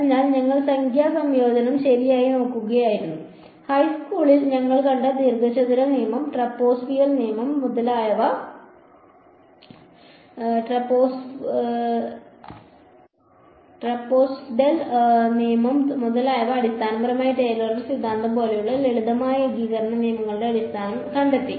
അതിനാൽ ഞങ്ങൾ സംഖ്യാ സംയോജനം ശരിയായി നോക്കുകയായിരുന്നു ഹൈസ്കൂളിൽ ഞങ്ങൾ കണ്ട ദീർഘചതുരം നിയമം ട്രപസോയ്ഡൽ നിയമം മുതലായവ അടിസ്ഥാനപരമായി ടെയ്ലറുടെ സിദ്ധാന്തം പോലെയുള്ള ലളിതമായ ഏകീകരണ നിയമങ്ങളുടെ അടിസ്ഥാനം ഞങ്ങൾ കണ്ടെത്തി